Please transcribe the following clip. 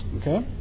Okay